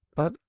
but,